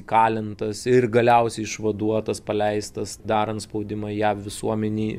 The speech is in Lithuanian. kalintas ir galiausiai išvaduotas paleistas darant spaudimą jav visuomenei